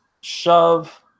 shove